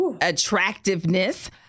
attractiveness